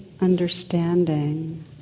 understanding